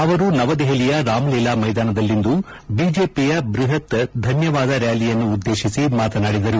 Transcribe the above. ಅವರು ನವದೆಪಲಿಯ ರಾಮಲೀಲಾ ಮೈದಾನದಲ್ಲಿಂದು ಬಿಜೆಪಿಯ ಬೃಹತ್ ಧನ್ಯವಾದ ರ್ತಾಲಿಯನ್ನು ಉದ್ದೇಶಿಸಿ ಮಾತನಾಡಿದರು